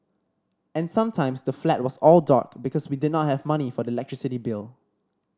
and sometimes the flat was all dark because we did not have money for the electricity bill